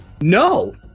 No